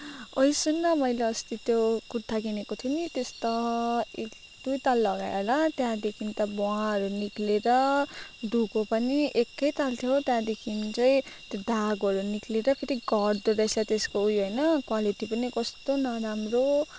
ओइ सुन् न मैले अस्ति त्यो कुर्ता किनेको थिएँ नि त्यस त दुईताल लगाएँ होला त्यहाँदेखिन् त भुवाहरू निक्लिएर धोएको पनि एकैताल थियो त्यहाँदेखिन् चाहिँ धागोहरू निक्लिएर फेरि घट्दो रहेछ त्यसको उयो होइन क्वालिटी पनि कस्तो नराम्रो